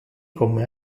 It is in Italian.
come